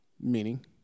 Meaning